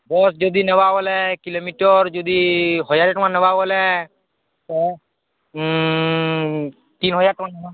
bus ଯଦି ନେବା ବୋଲେ କିଲୋମିଟର୍ ଯଦି ହଜାରେ ଟଙ୍କା ନେବା ବୋଲେ ତିନ ହଜାର ଟଙ୍କା ନେବା